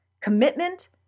commitment